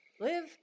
live